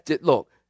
Look